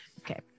okay